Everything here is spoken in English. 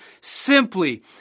simply